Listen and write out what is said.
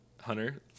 Hunter